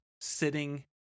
sitting